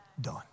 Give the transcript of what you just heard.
done